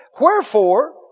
Wherefore